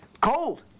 Cold